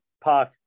park